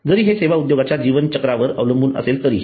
जरी हे सेवा उद्योगाच्या जीवनचक्रावर अवलंबून असेल तरीही